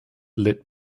lit